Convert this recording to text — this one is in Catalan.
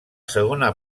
segona